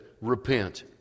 repent